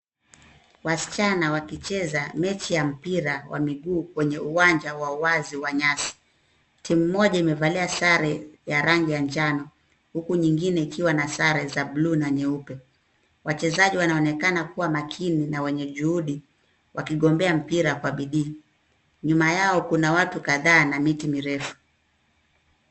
Wasichana wakicheza mechi ya mpira wa miguu kwenye uwanja wa wazi wa nyasi. Timu moja imevalia sare ya rangi ya njano huku nyingine ikiwa na sare za blue na nyeupe. Wachezaji wanaonekana kuwa makini na wenye juhudi wakigombea mpira kwa bidii. Nyuma yao kuna watu kadhaa na miti mirefu.